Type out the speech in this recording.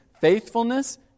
faithfulness